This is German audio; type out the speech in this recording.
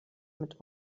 mit